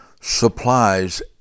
supplies